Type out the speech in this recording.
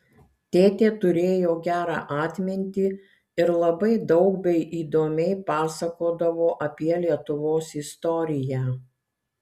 tėtė turėjo gerą atmintį ir labai daug bei įdomiai pasakodavo apie lietuvos istoriją